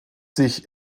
sich